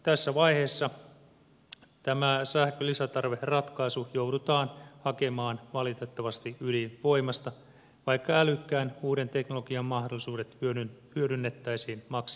tässä vaiheessa tämä sähkön lisätarveratkaisu joudutaan hakemaan valitettavasti ydinvoimasta vaikka älykkään uuden teknologian mahdollisuudet hyödynnettäisiin maksimaalisesti